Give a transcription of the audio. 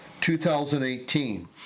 2018